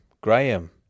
Graham